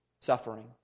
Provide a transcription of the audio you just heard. Suffering